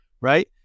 right